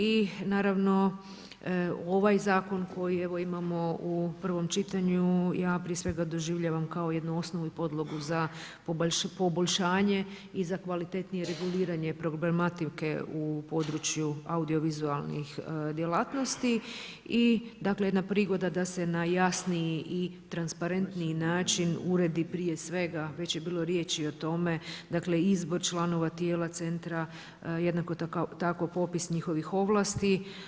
I naravno ovaj zakon koji imamo u prvom čitanju ja prije svega doživljavam kao jednu osnovu i podlogu za poboljšanje i za kvalitetnije reguliranje problematike u području audiovizualnih djelatnosti i jedna prigoda da se na jasniji i transparentniji način uredi prije svega, već je bilo riječi i o tome, izbor članova tijela centra, jednako tako popis njihovih ovlasti.